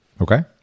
Okay